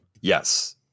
Yes